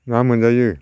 ना मोनजायो